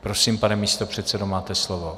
Prosím, pane místopředsedo, máte slovo.